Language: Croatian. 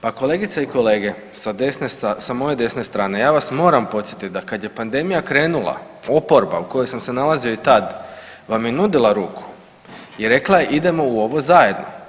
Pa kolegice i kolege sa desne, sa moje desne strane ja vas moram podsjetiti da kad je pandemija krenula oporba u kojoj sam se nalazio i tad vam je nudila ruku i rekla idemo u ovo zajedno.